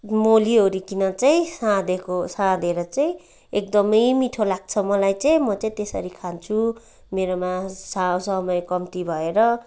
मोलिवरि किन चाहिँ साँधेको साँधेर चाहिँ एकदमै मिठो लाग्छ मलाई चाहिँ म चाहिँ त्यसरी खान्छु मेरोमा सा समय कम्ती भएर